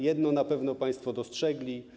Jedno na pewno państwo dostrzegli.